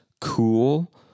cool